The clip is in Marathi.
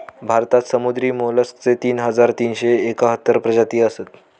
भारतात समुद्री मोलस्कचे तीन हजार तीनशे एकाहत्तर प्रजाती असत